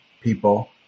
people